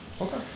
Okay